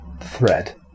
thread